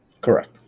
Correct